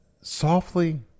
softly